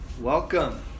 Welcome